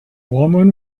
woman